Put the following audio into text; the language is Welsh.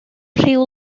rhyw